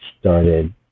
started